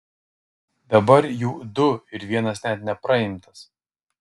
dabar jų du ir vienas net nepraimtas